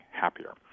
happier